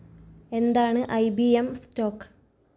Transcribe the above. എന്താണ് I B M stock